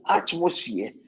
atmosphere